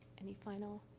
any final